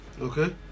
Okay